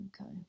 okay